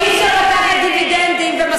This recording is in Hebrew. זה נכון, אבל מי יבוא בתנאים האלה?